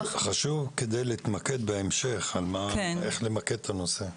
--- זה חשוב כדי לדעת איך למקד את הנושא בהמשך.